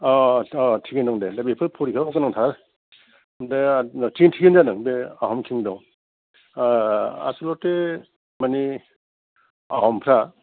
थिगैनो दं दे दा बेफोर फरिखायाव गोनांथार दे दे थिगै थिगैनो जादों दे आहाम किंदम आसल'थे मानि आहमफ्रा